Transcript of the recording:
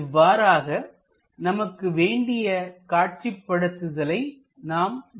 இவ்வாறாக நமக்கு வேண்டிய காட்சிப்படுத்துதலை நாம் மேற்கொள்கிறோம்